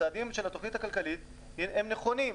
הצעדים של התוכנית הכלכלית הם נכונים,